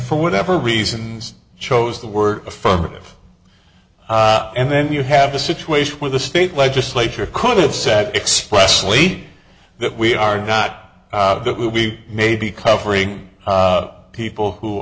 for whatever reasons chose the word affirmative and then you have a situation where the state legislature could have sat expressly that we are not that we may be covering people who